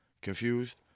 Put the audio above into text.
Confused